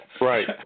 Right